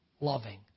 loving